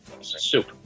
Soup